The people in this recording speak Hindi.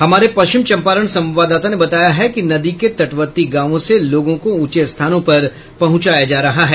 हमारे पश्चिम चंपारण संवाददाता ने बताया है कि नदी के तटवर्ती गांवों से लोगों को ऊचे स्थानों पर पहंचाया जा रहा है